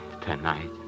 tonight